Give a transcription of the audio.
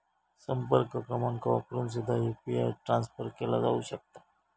संपर्क क्रमांक वापरून सुद्धा यू.पी.आय ट्रान्सफर केला जाऊ शकता